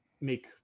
make